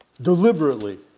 deliberately